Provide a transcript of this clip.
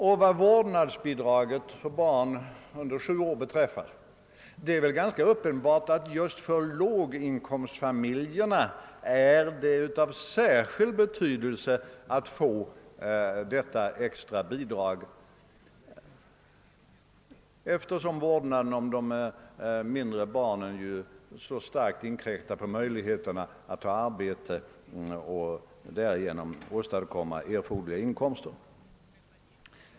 Och vad vårdnadsbidraget för barn under sju år beträffar, så är det värk ganska uppenbart att det för låginkomstfamiljerna är av särskild betydel-- se att få detta extra bidrag, eftersom; vårdnaden om de mindre barnen så starkt inkräktar på möjligheterna att ha ett yrkesarbete och därigenom uppnå erforderliga inkomster.